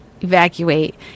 evacuate